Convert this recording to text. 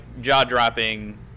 jaw-dropping